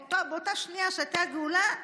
באותה שנייה שהייתה גאולה,